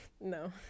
No